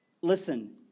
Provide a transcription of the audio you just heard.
Listen